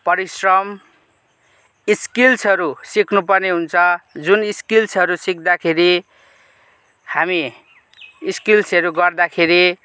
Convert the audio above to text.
परिश्रम स्किल्सहरू सिक्नु पर्ने हुन्छ जुन स्किल्सहरू सिक्दाखेरि हामी स्किल्सहरू गर्दाखेरि